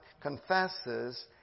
confesses